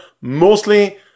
mostly